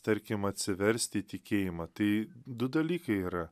tarkim atsiverst į tikėjimą tai du dalykai yra